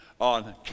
on